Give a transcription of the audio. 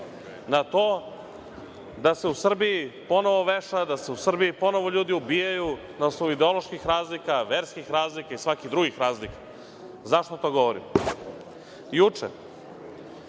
na to da se u Srbiji ponovo veša, da se u Srbiji ponovo ljudi ubijaju na osnovu ideoloških razloga, verskih razlika i svakih drugih razlika.Zašto to govorim? Juče